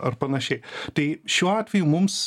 ar panašiai tai šiuo atveju mums